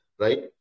right